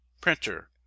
Printer